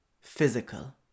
physical